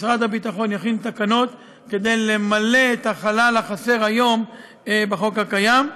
משרד הביטחון יכין תקנות כדי למלא את החלל החסר היום בחוק הקיים.